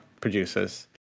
producers